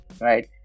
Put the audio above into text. right